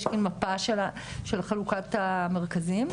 יש כאן מפה של חלוקת המרכזים.